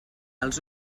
els